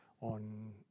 on